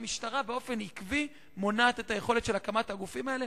המשטרה באופן עקבי מונעת את היכולת של הקמת הגופים האלה.